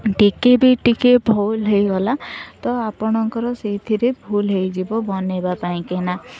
ଟିକେ ବି ଟିକେ ଭୁଲ ହେଇଗଲା ତ ଆପଣଙ୍କର ସେଇଥିରେ ଭୁଲ ହେଇଯିବ ବନେଇବା ପାଇଁ କି ନା